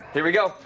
here we go.